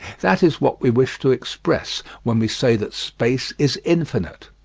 that is what we wish to express when we say that space is infinite.